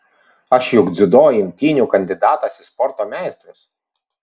aš juk dziudo imtynių kandidatas į sporto meistrus